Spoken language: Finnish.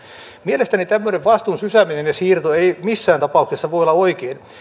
mielestäni tämmöinen vastuun sysääminen ja siirto ei missään tapauksessa voi olla oikein